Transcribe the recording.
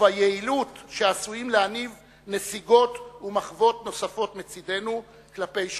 וביעילות שעשויות להניב נסיגות ומחוות נוספות מצדנו כלפי שכנינו.